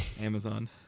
Amazon